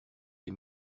des